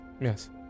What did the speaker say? Yes